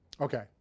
Okay